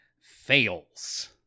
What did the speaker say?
fails